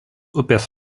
upės